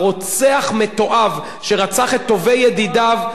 רוצח מתועב שרצח את טובי ידידיו,